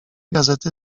gazety